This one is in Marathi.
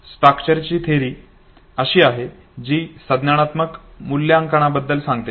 स्चाक्टरची थेअरी अशी आहे जी संज्ञानात्मक मूल्यांकना बद्दल सांगते